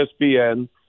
ESPN